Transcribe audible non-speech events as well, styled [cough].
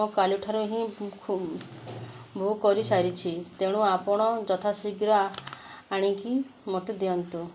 ମୋ କାଲିଠାରୁ ହିଁ [unintelligible] ବୁକ୍ କରିସାରିଛି ତେଣୁ ଆପଣ ଯଥାଶୀଘ୍ର ଆଣିକି ମତେ ଦିଅନ୍ତୁ